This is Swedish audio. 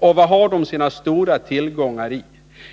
Och vad har de sina stora tillgångar i?